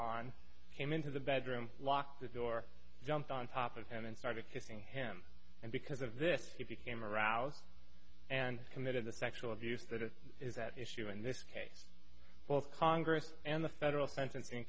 him into the bedroom locked the door jumped on top of him and started kissing him and because of this if you came around and committed the sexual abuse that is is at issue in this case well congress and the federal sentencing